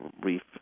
brief